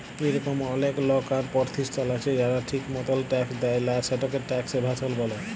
ইরকম অলেক লক আর পরতিষ্ঠাল আছে যারা ঠিক মতল ট্যাক্স দেয় লা, সেটকে ট্যাক্স এভাসল ব্যলে